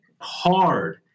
hard